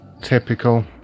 Typical